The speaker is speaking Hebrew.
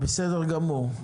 בסדר גמור.